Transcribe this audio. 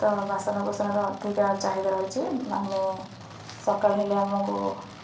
ତ ବାସନ କୁସନରେ ଅଧିକା ଚାହିଦା ରହିଛିି ଆମେ ସକାଳ ହେଲେ ଆମକୁ